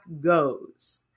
goes